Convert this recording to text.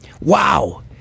Wow